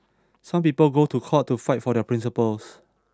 some people go to court to fight for their principles